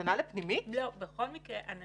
המתנה לפנימית?! לא, בכל מקרה יש